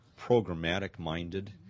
programmatic-minded